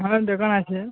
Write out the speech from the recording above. হ্যাঁ দোকান আছে